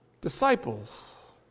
disciples